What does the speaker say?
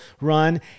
run